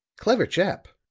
clever chap.